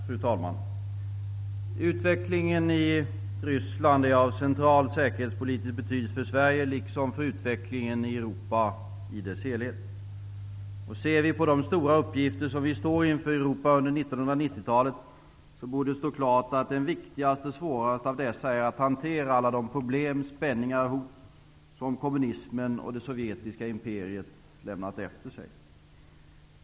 Fru talman! Utvecklingen i Ryssland är av central säkerhetspolitisk betydelse för Sverige liksom för utvecklingen i Europa i dess helhet. Ser vi på de stora uppgifter som vi står inför i Europa under 1990-talet, så borde det stå klart att den viktigaste och svåraste av dessa är att hantera alla de problem, spänningar och hot som kommunismen och det sovjetiska imperiet lämnat efter sig.